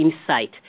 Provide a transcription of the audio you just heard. insight